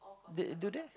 they do they